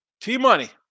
T-Money